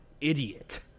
idiot